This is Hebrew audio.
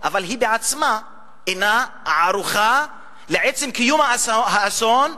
אבל היא בעצמה אינה ערוכה לעצם קיום האסון,